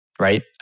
Right